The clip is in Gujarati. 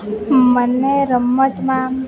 મને રમતમાં